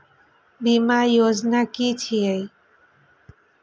बीमा योजना कि छिऐ?